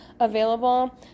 available